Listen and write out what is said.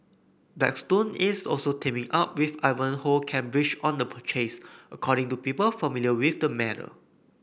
Blackstone is also teaming up with Ivanhoe Cambridge on the purchase according to people familiar with the matter